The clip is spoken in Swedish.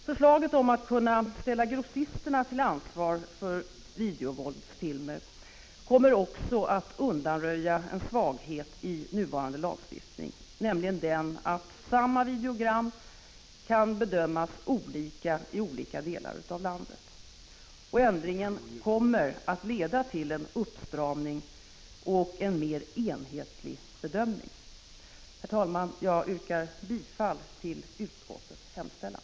Förslaget om att kunna ställa grossisterna till ansvar för videovåldsfilmer kommer också att undanröja en svaghet i nuvarande lagstiftning, nämligen den att samma videogram kan bedömas olika i olika delar av landet. Ändringen kommer att leda till en uppstramning och en mer enhetlig bedömning. Herr talman! Jag yrkar bifall till utskottets hemställan.